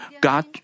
God